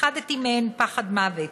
פחדתי מהן פחד מוות,